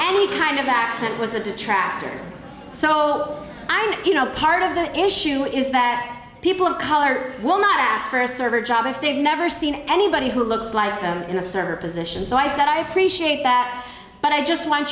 any kind of accent was the detractors so i'm you know part of the issue is that people of color will not ask for a server job if they've never seen anybody who looks like them in the server positions so i said i appreciate that but i just want